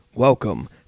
Welcome